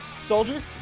Soldier